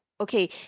Okay